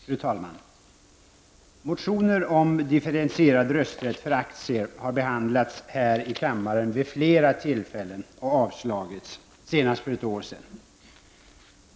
Fru talman! Motioner om differentierad rösträtt för aktier har behandlats här i kammaren vid flera tillfällen och avslagits -- senast för ett år sedan.